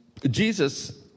Jesus